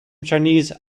chinese